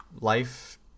life